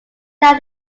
that